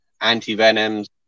anti-venoms